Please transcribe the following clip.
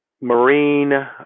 Marine